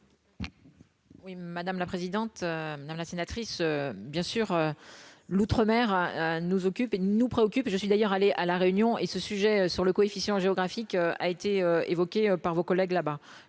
madame la présidente, madame la sénatrice bien sûr l'outre-mer nous occupe et nous préoccupe, je suis d'ailleurs aller à la Réunion et ce sujet sur le coefficient géographique a été évoqué par vos collègues là-bas